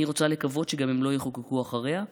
אני רוצה לקוות שהם גם לא יחוקקו אחריה,